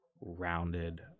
rounded